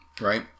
Right